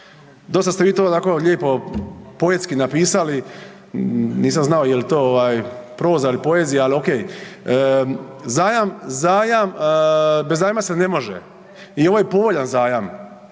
dosta ste vi to onako lijepo poetski napisali, nisam znao je li to proza ili poezija, ali ok, zajam bez zajma se ne može i ovo je povoljan zajam.